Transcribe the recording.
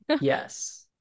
yes